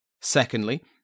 Secondly